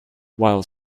while